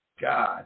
God